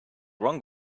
wrong